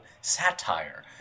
satire